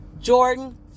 Jordan